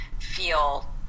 feel